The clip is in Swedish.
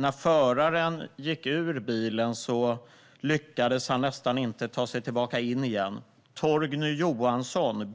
När föraren gick ur bilen så lyckades han nästan inte ta sig tillbaka in igen. Torgny Johansson